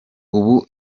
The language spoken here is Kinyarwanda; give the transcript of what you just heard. ubu